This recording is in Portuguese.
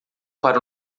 para